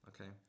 okay